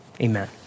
Amen